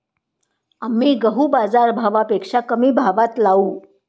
आम्ही गहू बाजारभावापेक्षा कमी भावात लावू